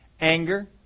anger